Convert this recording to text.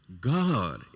God